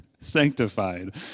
sanctified